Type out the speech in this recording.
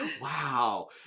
Wow